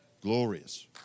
Glorious